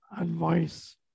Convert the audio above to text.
advice